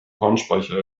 kornspeicher